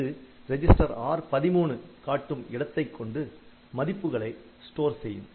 இது register R13 காட்டும் இடத்தைக் கொண்டு மதிப்புகளை ஸ்டோர் செய்யும்